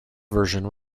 version